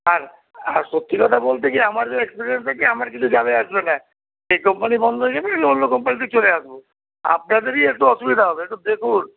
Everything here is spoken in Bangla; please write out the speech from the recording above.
আর আর সত্যি কথা বলতে কি আমার যা এক্সপেরিয়েন্স আছে আমার কিছু যাবে আসবে না এই কোম্পানি বন্ধ হয়ে যাবে আমি অন্য কোম্পানিতে চলে আসবো আপনাদেরই একটু অসুবিধা হবে একটু দেখুন